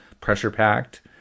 pressure-packed